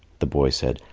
the boy said,